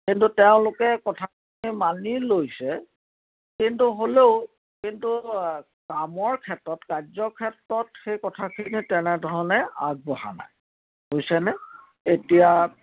কিন্তু তেওঁলোকে কথাটো মানি লৈছে কিন্তু হ'লও কিন্তু কামৰ ক্ষেত্ৰত কাৰ্যৰ ক্ষেত্ৰত সেই কথাখিনি তেনেধৰণে আগবঢ়া নাই